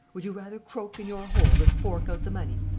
would you rather croak in your hole than fork out the money?